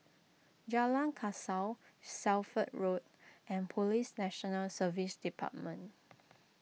Jalan Kasau Shelford Road and Police National Service Department